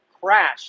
crash